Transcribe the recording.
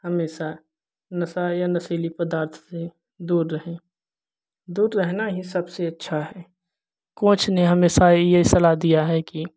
हमेशा नशा या नशीले पदार्थ से दूर रहें दूर रहना ही सबसे अच्छा है कोच ने हमेशा यह सलाह दिया है कि